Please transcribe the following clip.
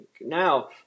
now